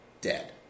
dead